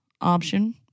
option